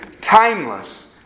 timeless